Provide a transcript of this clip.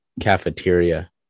cafeteria